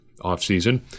offseason